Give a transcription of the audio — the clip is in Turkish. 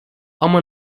ama